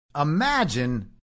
Imagine